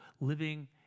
living